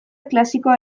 klasikoa